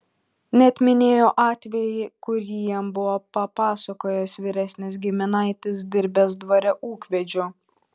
net minėjo atvejį kurį jam buvo papasakojęs vyresnis giminaitis dirbęs dvare ūkvedžiu